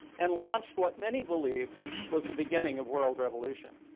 and launched what many believe was the beginning of world revolution.